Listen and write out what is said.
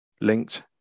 linked